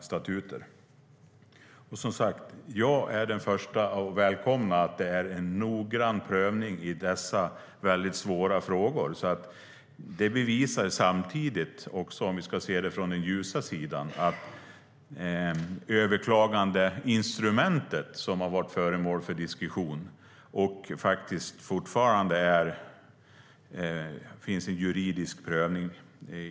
Som sagt: Jag är den förste att välkomna att det sker en noggrann prövning i dessa svåra frågor. Det bevisar samtidigt, om vi ska se det från den ljusa sidan, att överklagandeinstrumentet fungerar. Detta har varit föremål för diskussion, och det finns fortfarande en juridisk prövning.